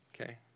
okay